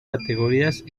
categorías